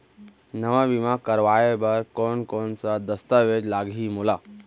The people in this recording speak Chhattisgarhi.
नवा बीमा करवाय बर कोन कोन स दस्तावेज लागही मोला?